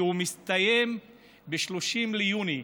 כי הוא מסתיים ב-30 ביוני.